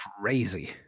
crazy